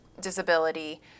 disability